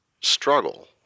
struggle